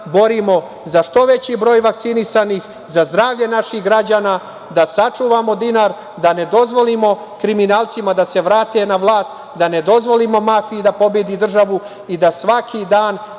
borimo za što veći broj vakcinisanih, za zdravlje naših građana, da sačuvamo dinar, da ne dozvolimo kriminalcima da se vrate na vlast, da ne dozvolimo mafiji da pobedi državu i da svaki dan